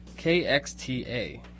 KXTA